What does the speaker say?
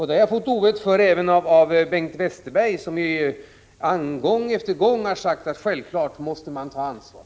Det har jag fått ovett för även av Bengt Westerberg, som gång efter gång har sagt att vi politiker självfallet måste ta ansvar.